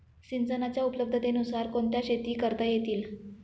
सिंचनाच्या उपलब्धतेनुसार कोणत्या शेती करता येतील?